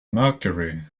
mercury